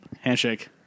Handshake